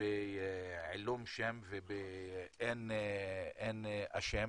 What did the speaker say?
בעילום שם ואין אשם